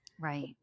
right